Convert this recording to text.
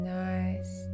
nice